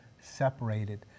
separated